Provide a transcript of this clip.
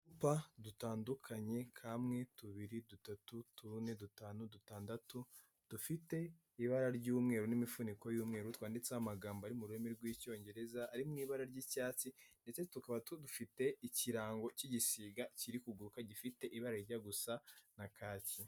Uducupa dutandukanye kamwe tubiri dutatu tune dutanu dutandatu, dufite ibara ry'umweru n'imifuniko y'umweru twanditseho amagambo ari mu rurimi rw'icyongereza ari mu ibara ry'icyatsi, ndetse tukaba tudufite ikirango k'igisiga kiri kuguruka gifite ibarajya gusa na kaki.